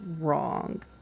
wrong